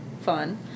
fun